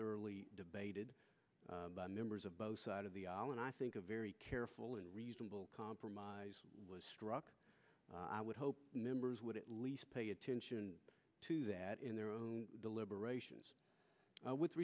thoroughly debated by members of both side of the aisle and i think a very careful and reasonable i was struck i would hope members would at least pay attention to that in their own deliberations with